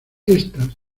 estas